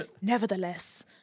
Nevertheless